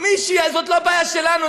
זאת לא בעיה שלנו,